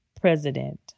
President